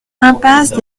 impasse